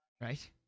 Right